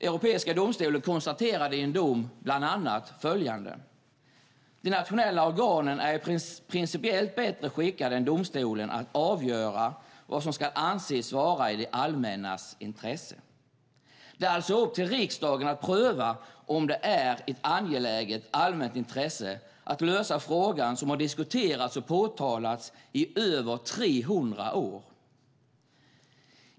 Europeiska domstolen konstaterade i en dom bland annat följande: "De nationella organen är principiellt bättre skickade än domstolen att avgöra vad som skall anses vara i det allmännas intresse." Det är alltså upp till riksdagen att pröva om det är ett angeläget allmänt intresse att lösa den fråga som har diskuterats och påtalats i över 300 år.